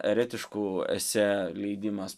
eretiškų ese leidimas